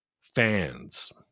fans